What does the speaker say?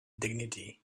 dignity